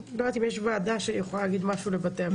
אני לא יודעת אם יש ועדה שיכולה להגיד משהו לבתי המשפט.